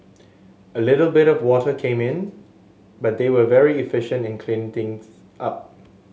a little bit of water came in but they were very efficient in clean things up